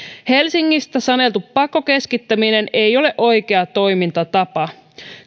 helsingistä saneltu pakkokeskittäminen ei ole oikea toimintatapa